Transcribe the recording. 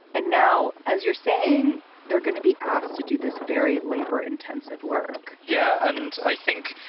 and now, as you're saying, they're gonna be asked to do this very labor intensive work yeah. and i think,